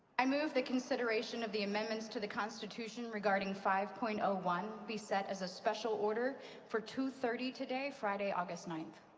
i move the consideration of the amendments to the constitution regarding five. ah one be set as a special order for two thirty today, friday, august ninth.